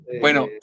Bueno